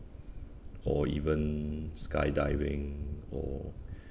or even skydiving or